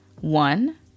One